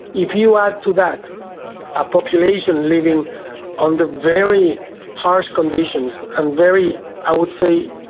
if you add to that a population living under very harsh conditions and very, i would say,